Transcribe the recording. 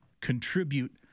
contribute